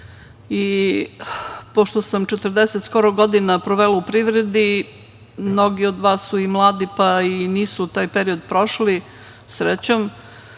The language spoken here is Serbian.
sam skoro 40 godina provela u privredi, mnogi od vas su i mladi, pa i nisu taj period prošli, srećom,